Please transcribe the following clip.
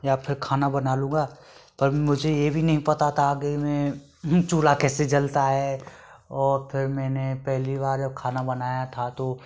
या फ़िर खाना बना लूँगा पर मुझे यह भी नहीं पता था कि मैं चूल्हा कैसे जलता हैं और फ़िर मैंने पहली बार खाना बनाया था तो